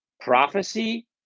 prophecy